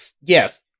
yes